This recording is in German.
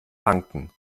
banken